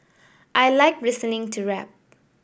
I like listening to rap